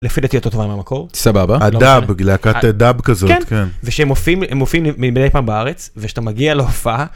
לפי דעתי יותר טובה מהמקור. סבבה, הדאב, להקת דאב כזאת, כן. ושהם מופיעים מבני פעם בארץ, וכשאתה מגיע להופעה...